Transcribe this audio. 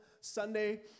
Sunday